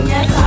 Yes